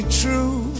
true